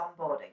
onboarding